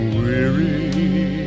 weary